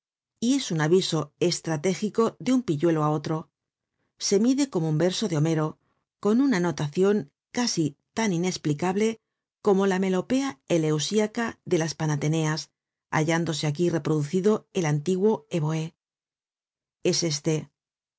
y es un aviso estratégico de un pilluelo á otro se mide como un verso de homero con una notacion casi tan inesplicable como la melopea eleusiaca de las panateneas hallándose aquí reproducido el antiguo evohé es este